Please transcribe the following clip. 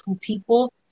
people